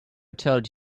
told